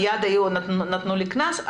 מיד נתנו לי קנס?